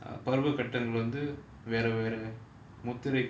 பருவ கட்டங்கள் வந்து வேற வேற முத்திரை:paruva kattangal vanthu vera vera muthirai